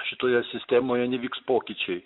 šitoje sistemoje nevyks pokyčiai